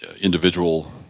individual